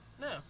no